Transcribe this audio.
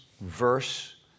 verse